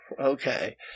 Okay